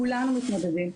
כולנו מתמודדים.